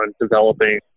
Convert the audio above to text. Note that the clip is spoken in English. developing